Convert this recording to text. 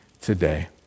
today